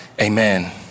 Amen